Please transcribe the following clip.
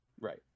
right